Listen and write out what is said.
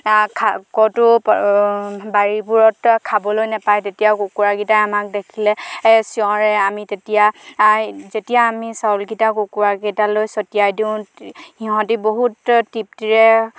বা ক'তো বাৰীবোৰত খাবলৈ নেপায় তেতিয়াও কুকুৰাগিটাই আমাক দেখিলে চিঞৰে আমি তেতিয়াই যেতিয়া আমি চাউলগিটা কুকুৰাকেইটালৈ ছটিয়াই দিওঁ সিহঁতি বহুত তৃপ্তিৰে